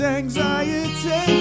anxiety